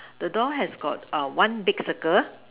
the door has got err one big circle